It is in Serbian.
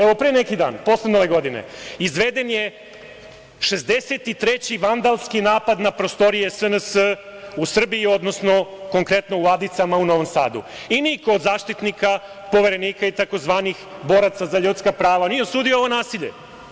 Evo, pre neki dan, posle Nove godine izveden je 63 vandalski napad na prostorije SNS u Srbiji, odnosno konkretno u Adicama u Novom Sadu i niko od zaštitnika, poverenika i tzv. boraca za ljudska prava nije osudio ovo nasilje.